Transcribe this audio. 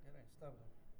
gerai stop